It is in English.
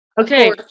Okay